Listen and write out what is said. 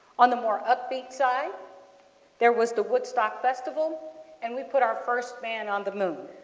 on the more upbeat side there was the woodstock festival and we put our first man on the moon.